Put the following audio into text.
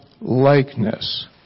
likeness